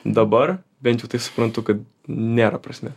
dabar bent jau tai suprantu kad nėra prasmė